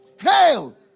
Hail